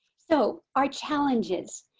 so our challenges.